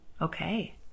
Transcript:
okay